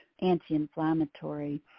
anti-inflammatory